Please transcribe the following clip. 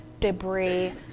debris